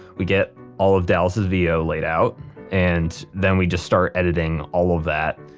we get all of dallas' vo laid out and then we just start editing all of that.